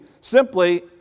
simply